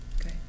Okay